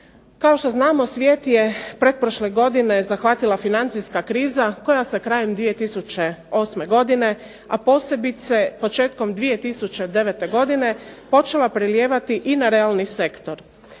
Kao što znamo svijet je pretprošle godine zahvatila financijska kriza koja se krajem 2008. godine, a posebice početkom 2009. godine počela prelijevati i na realni sektor.